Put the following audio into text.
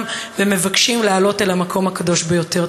ומבקשים לעלות אל המקום הקדוש ביותר.